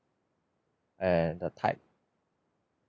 and the type